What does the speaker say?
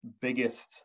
biggest